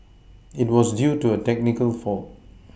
it was due to a technical fault